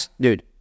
Dude